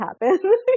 happen